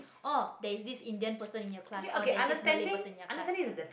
oh there is this indian person in your class there is this malay person in your class